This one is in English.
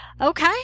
Okay